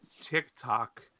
TikTok